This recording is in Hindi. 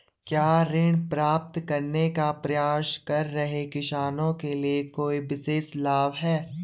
क्या ऋण प्राप्त करने का प्रयास कर रहे किसानों के लिए कोई विशेष लाभ हैं?